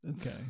Okay